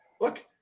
look